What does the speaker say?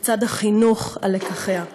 לצד החינוך ללקחיה.